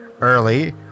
early